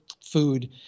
food